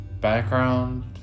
Background